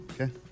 Okay